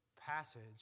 passage